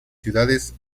ciudades